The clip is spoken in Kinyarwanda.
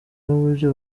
n’uburyo